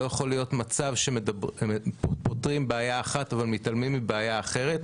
לא יכול להיות מצב שפותרים בעיה אחת ומתעלמים מבעיה אחרת.